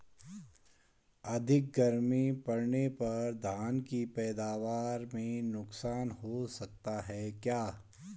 अधिक गर्मी पड़ने पर धान की पैदावार में नुकसान हो सकता है क्या?